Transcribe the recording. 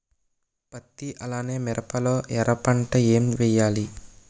పత్తి అలానే మిరప లో ఎర పంట ఏం వేయాలి?